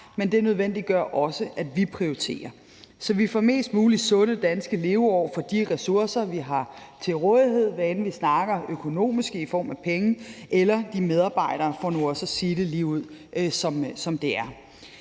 Men det nødvendiggør også, at vi prioriterer, så vi får flest mulige sunde danske leveår for de ressourcer, vi har til rådighed, hvad end vi snakker økonomiske i form af penge, eller ressourcer i form af medarbejdere, for nu også at sige det lige ud, som det er.